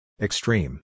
Extreme